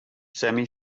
semi